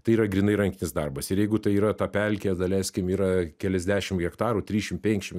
tai yra grynai rankinis darbas ir jeigu tai yra ta pelkė daleiskim yra keliasdešim hektarų trišim penkšim